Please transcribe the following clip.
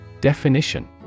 Definition